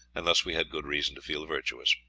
and thus we had good reason to feel virtuous.